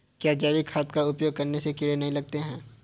क्या जैविक खाद का उपयोग करने से कीड़े नहीं लगते हैं?